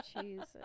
Jesus